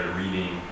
reading